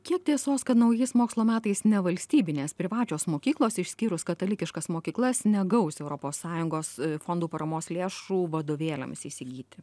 kiek tiesos kad naujais mokslo metais nevalstybinės privačios mokyklos išskyrus katalikiškas mokyklas negaus europos sąjungos fondų paramos lėšų vadovėliams įsigyti